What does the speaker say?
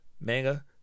Manga